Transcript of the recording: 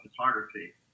photography